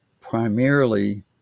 primarily